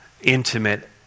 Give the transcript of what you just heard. intimate